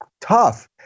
tough